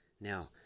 Now